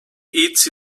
eats